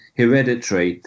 hereditary